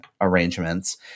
arrangements